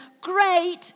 great